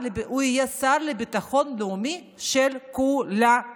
הוא יהיה שר לביטחון לאומי של כולנו: